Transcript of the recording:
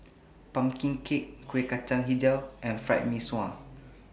Pumpkin Cake Kueh Kacang Hijau and Fried Mee Sua